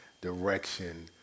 direction